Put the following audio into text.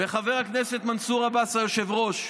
חבר הכנסת מנסור עבאס, היושב-ראש,